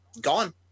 gone